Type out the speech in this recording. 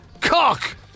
Cock